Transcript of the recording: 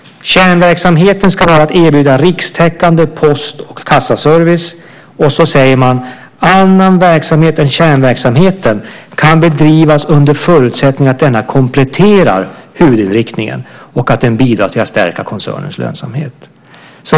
Kärnverksamheten ska vara att erbjuda rikstäckande post och kassaservice. Så säger man: Annan verksamhet än kärnverksamheten kan bedrivas under förutsättning att denna kompletterar huvudinriktningen och att den bidrar till att stärka koncernens lönsamhet.